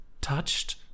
touched